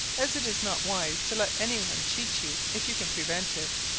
as it is not wise to let any one cheat you if you can prevent it,